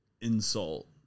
insult